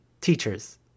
teachers